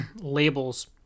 labels